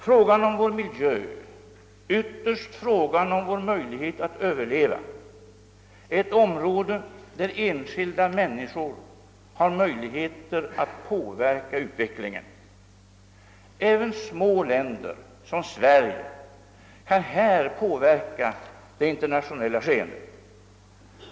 Frågan om vår miljö — ytterst frågan om vår möjlighet att överleva — är ett område där enskilda människor har möjligheter att påverka utvecklingen. Även ett litet land som Sverige kan här påverka det internationella skeendet.